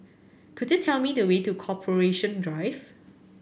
could you tell me the way to Corporation Drive